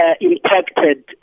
impacted